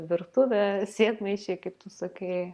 virtuvė sėdmaišiai kaip tu sakai